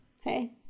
hey